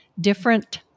different